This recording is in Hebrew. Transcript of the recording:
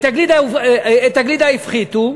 את הגלידה הפחיתו,